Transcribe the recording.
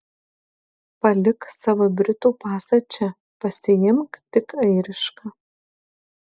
palik savo britų pasą čia pasiimk tik airišką